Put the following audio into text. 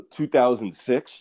2006